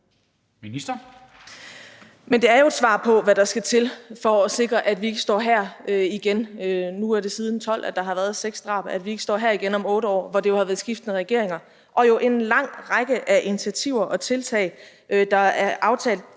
Krag): Men det er jo et svar på, hvad der skal til for at sikre, at vi ikke stå her igen om 8 år. Nu har der været seks drab siden 2012, hvor der jo har været skiftende regeringer siden og en lang række af initiativer og tiltag, der har været